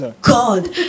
god